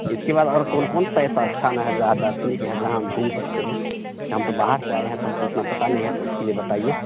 इसके बाद और कौन कौन सा ऐसा स्थान है जहाँ दार्शनिक है जहाँ हम घूम सकते हैं हम तो बाहर से आए हैं तो हमको उतना पता नहीं है तो इसके लिए बताइए